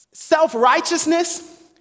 Self-righteousness